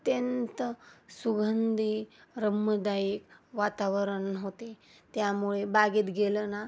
अत्यंत सुगंधी रम्यदायिक वातावरण होते त्यामुळे बागेत गेलं ना